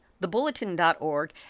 TheBulletin.org